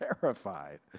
terrified